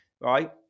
right